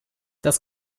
das